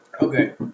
Okay